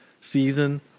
season